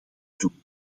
doen